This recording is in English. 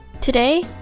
Today